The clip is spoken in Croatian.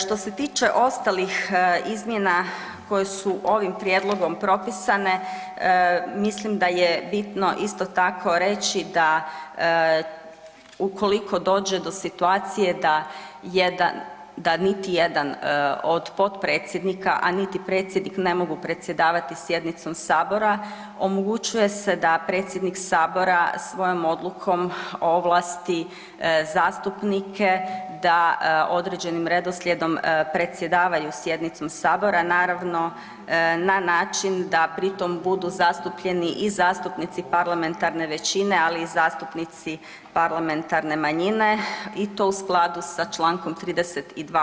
Što se tiče ostalih izmjena koje su ovim prijedlogom propisane mislim da je bitno isto tako reći da ukoliko dođe do situacije, da niti jedan od potpredsjednika a niti predsjednik ne mogu predsjedavati sjednicom sabora omogućuje se da predsjednik sabora svojom odlukom ovlasti zastupnike da određenim redoslijedom predsjedavaju sjednicom sabora naravno na način da pri tom budu zastupljeni i zastupnici parlamentarne većine ali i zastupnici parlamentarne manjine i to u skladu sa Člankom 32.